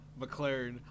McLaren